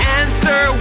answer